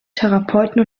therapeuten